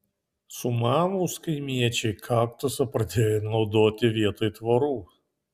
sumanūs kaimiečiai kaktusą pradėjo naudoti vietoj tvorų